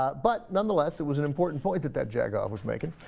ah but nonetheless it was an important point that that check ah i was making a